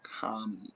comedy